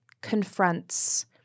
confronts